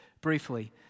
briefly